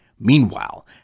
Meanwhile